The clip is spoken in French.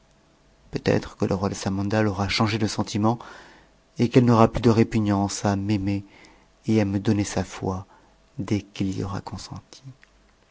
peut-être que le roi de samandal aura changé de sentiment et qu'elle n'aura plus de répugnance à m'aimer et à me donner sa foi dès qu'il y aura consenti